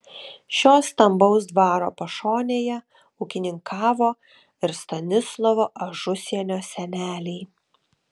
šio stambaus dvaro pašonėje ūkininkavo ir stanislovo ažusienio seneliai